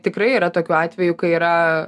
tikrai yra tokių atvejų kai yra